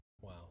Wow